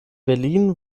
berlin